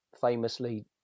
famously